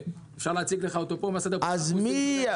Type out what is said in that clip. ואפשר להציג לך פה את סדר הפעולות שאנחנו עושים בתור ממשלה.